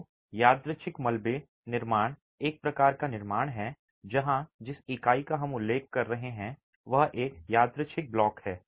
तो यादृच्छिक मलबे निर्माण एक प्रकार का निर्माण है जहां जिस इकाई का हम उल्लेख कर रहे हैं वह एक यादृच्छिक ब्लॉक है